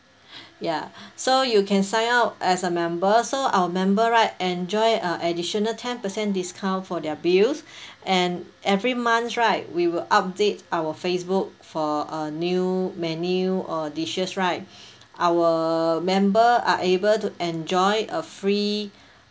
ya so you can sign up as a member so our member right enjoy uh additional ten percent discount for their bills and every month right we will update our Facebook for a new menu or dishes right our member are able to enjoy a free